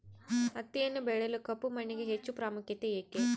ಹತ್ತಿಯನ್ನು ಬೆಳೆಯಲು ಕಪ್ಪು ಮಣ್ಣಿಗೆ ಹೆಚ್ಚು ಪ್ರಾಮುಖ್ಯತೆ ಏಕೆ?